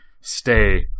stay